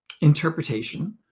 interpretation